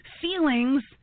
feelings